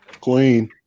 Queen